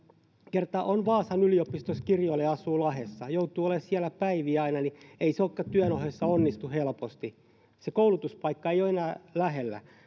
kerta on vaasan yliopistossa kirjoilla ja asuu lahdessa joutuu olemaan siellä päiviä aina niin ei se työn ohessa onnistukaan helposti se koulutuspaikka ei ole enää lähellä